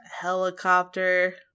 helicopter